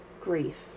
grief